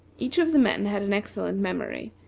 each of the men had an excellent memory,